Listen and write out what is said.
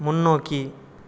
முன்னோக்கி